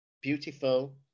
beautiful